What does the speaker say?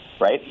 Right